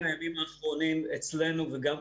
יש מספרים מהימים האחרונים אצלנו וגם,